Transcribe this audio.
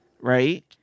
right